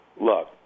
look